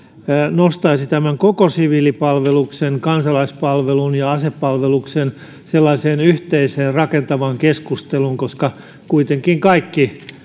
nostaisi tämän kokonaisuuden siviilipalveluksen kansalaispalvelun ja asepalveluksen sellaiseen yhteiseen rakentavaan keskusteluun koska kuitenkin kaikki